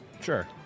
sure